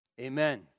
Amen